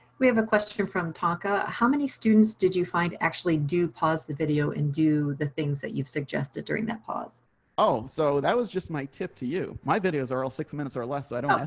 we have a question from taka, how many students did you find actually do. pause the video and do the things that you've suggested during that pause oh, so that was just my tip to you. my videos are all six minutes or less. but